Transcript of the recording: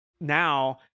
now